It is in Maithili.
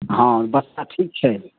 हँ बच्चा ठीक छै